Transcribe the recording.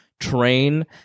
train